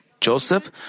Joseph